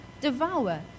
Devour